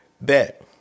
Bet